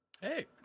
Hey